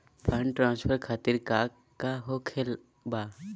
Fund transfer खातिर काका होखे का बा?